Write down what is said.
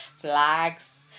flags